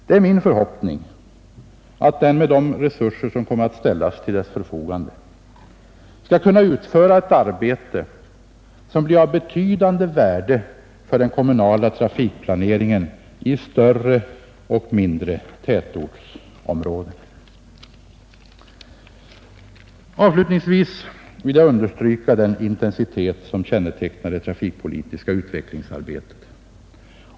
Det är min förhoppning att den med de resurser som kommer att ställas till dess förfogande skall kunna utföra ett arbete som blir av bestående värde för den kommunala trafikplaneringen i större och mindre tätortsområden. Jag vill också understryka den intensitet som kännetecknar det trafikpolitiska utvecklingsarbetet.